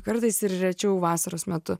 kartais ir rečiau vasaros metu